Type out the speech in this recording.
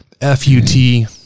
F-U-T